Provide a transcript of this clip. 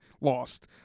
lost